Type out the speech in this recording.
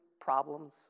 problems